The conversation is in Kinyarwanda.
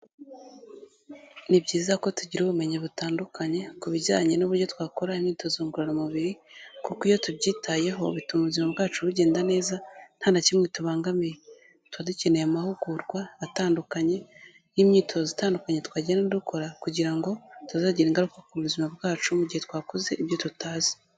Ni byiza ko tugira ubumenyi butandukanye ku bijyanye n'uburyo twakora imyitozo ngororamubiri, kuko iyo tubyitayeho, bituma ubuzima bwacu bugenda neza, nta na kimwe tubangamiye. Tuba dukeneye amahugurwa atandukanye y'imyitozo itandukanye twagenda dukora kugira ngo bitazagira ingaruka ku buzima bwacu, mu gihe twakoze ibyo tutazi.